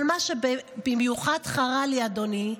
אבל מה שבמיוחד חרה לי, אדוני,